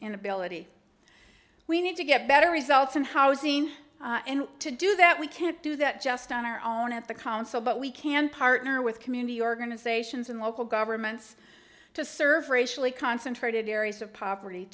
and ability we need to get better results in housing and to do that we can't do that just on our own at the council but we can partner with community organizations and local governments to serve racially concentrated areas of poverty